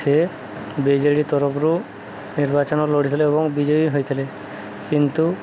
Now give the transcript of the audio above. ସେ ବିଜେଡ଼ି ତରଫରୁ ନିର୍ବାଚନ ଲଢ଼ିଥିଲେ ଏବଂ ବିଜୟୀ ହୋଇଥିଲେ କିନ୍ତୁ